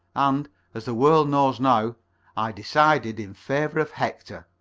and as the world knows now i decided in favour of hector.